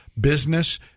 business